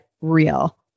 real